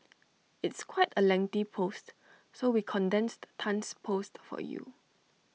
it's quite A lengthy post so we condensed Tan's post for you